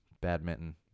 badminton